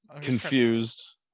confused